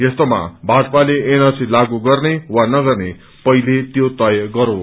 यस्तोमा भाजपाले एनआरसी लागू गर्ने वा नगर्ने पहिले त्यो तय गरोस्